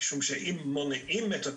אם מונעים את התופעה,